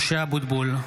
משה אבוטבול,